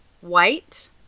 white